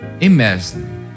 Imagine